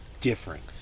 different